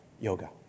yoga